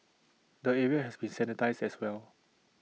the area has been sanitised as well